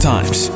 Times